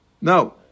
No